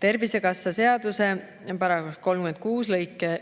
Tervisekassa seaduse § 36 lõike